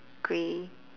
grey